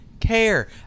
care